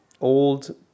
old